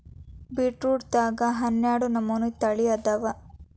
ಬೇಟ್ರೂಟದಾಗು ಹನ್ನಾಡ ನಮನಿ ತಳಿ ಅದಾವ